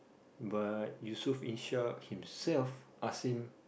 but Yusof-Ishak himself ask him